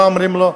מה אומרים לו?